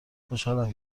خوشحالم